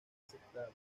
aceptable